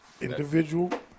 individual